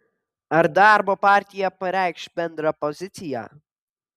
ar darbo partija pareikš bendrą poziciją